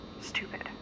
stupid